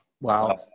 wow